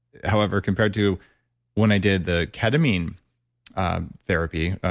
however, compared to when i did the ketamine therapy,